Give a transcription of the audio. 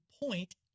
point